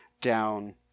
down